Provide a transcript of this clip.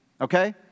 okay